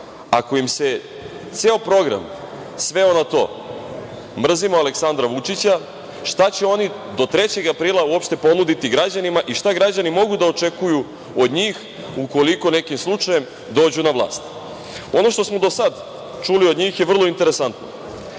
ako im se ceo program sveo na to mrzimo Aleksandra Vučića, šta će oni do 3. aprila ponuditi građanima i šta građani mogu da očekuju od njih ukoliko nekim slučajem dođu na vlast? Ono što smo do sada čuli od njih je vrlo interesantno.